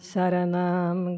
Saranam